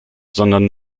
sondern